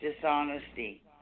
dishonesty